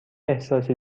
احساسی